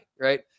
right